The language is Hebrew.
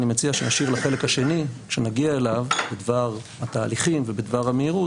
אני מציע שנשאיר לחלק השני כשנגיע אליו בדבר התהליכים ובדבר המהירות